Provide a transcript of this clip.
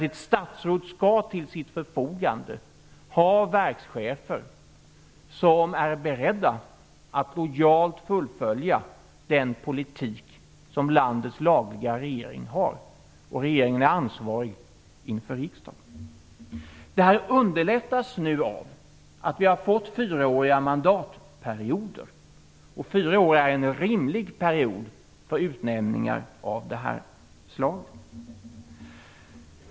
Ett statsråd skall till sitt förfogande ha verkschefer som är beredda att lojalt fullfölja den politik som landets lagliga regering för, och regeringen är ansvarig inför riksdagen. Detta underlättas nu av att vi har fått fyraåriga mandatperioder. Fyra år är en rimlig period för utnämningar av det här slaget.